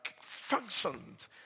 functioned